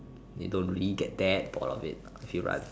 you don't really get that bored of it I feel